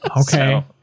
okay